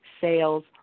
sales